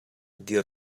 dir